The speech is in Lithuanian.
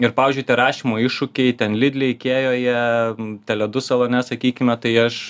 ir pavyzdžiui tie rašymo iššūkiai ten lidle ikėjoje tele du salone sakykime tai aš